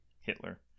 Hitler